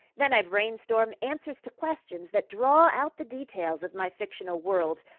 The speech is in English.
then i brainstorm answers to questions that draw out the details of my fictional world.